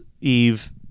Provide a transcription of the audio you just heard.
Eve